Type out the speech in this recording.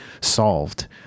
solved